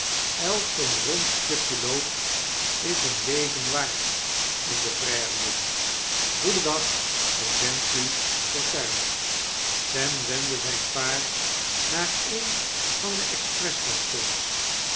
elk zoo'n rond stukje lood is een leven waard in de prairien goedendag ik wenschu fortuin sem wendde zp paard naar een van de